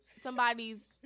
somebody's